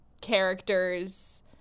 characters